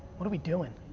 what are we doing?